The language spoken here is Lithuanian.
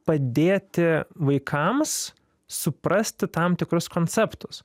padėti vaikams suprasti tam tikrus konceptus